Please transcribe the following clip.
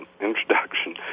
introduction